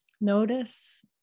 Notice